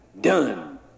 done